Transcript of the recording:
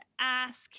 ask